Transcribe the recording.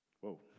whoa